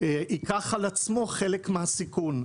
ייקח על עצמו חלק מהסיכון.